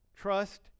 trust